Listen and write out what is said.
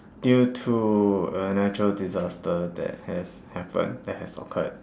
due to a natural disaster that has happened that has occurred